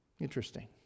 Interesting